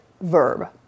verb